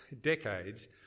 decades